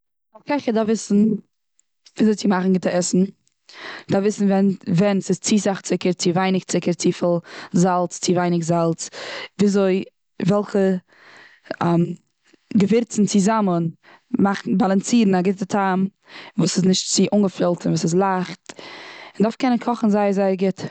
א קעכער דארף וויסן וויאזוי צו מאכן גוטע עסן. מ'דארף וויסן ווען ווען ס'איז צו סאך צוקער, צו ווייניג צוקער, צופיל זאלץ, צו ווייניג זאלץ, וויאזוי וועלכע געווירצן צוזאמען מאכן, באלאנסירן א גוטע טעם וואס איז נישט צו אנגעפילט און וואס איז לייכט. מ'דארף קענען קאכן זייער זייער גוט.